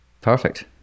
perfect